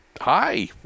Hi